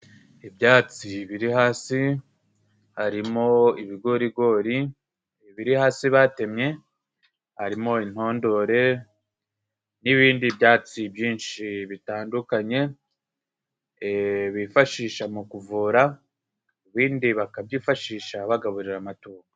Ibyatsi biri hasi harimo: ibigorigori biri hasi batemye, harimo intondore n'ibindi byatsi byinshi bitandukanye bifashisha mu kuvura, ibindi bakabyifashisha bagaburira amatungo.